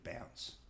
bounce